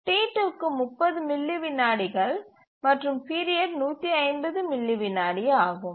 T2 க்கு 30 milli விநாடிகள் மற்றும் பீரியட் 150 மில்லி விநாடி ஆகும்